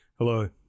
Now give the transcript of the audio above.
Hello